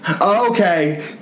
Okay